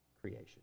creation